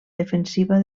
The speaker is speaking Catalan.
defensiva